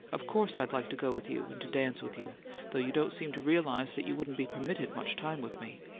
of course i'd like to go with you and to dance with you though you don't seem to realize that you wouldn't be permitted much time with me.